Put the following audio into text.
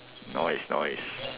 noise noise